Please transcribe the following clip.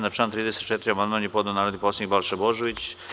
Na član 34. amandman je podneo narodni poslanik Balša Božović.